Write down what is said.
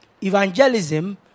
Evangelism